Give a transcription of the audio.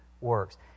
works